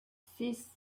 six